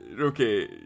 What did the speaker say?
Okay